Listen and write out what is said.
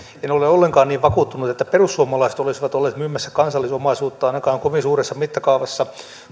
en ole ollenkaan niin vakuuttunut että perussuomalaiset olisivat olleet myymässä kansallisomaisuutta ainakaan kovin suuressa mittakaavassa